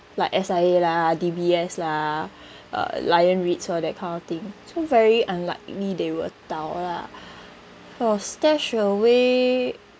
like S_I_A lah D_B_S lah uh lion REITs all that kind of thing so very unlikely they will do~ lah for StashAway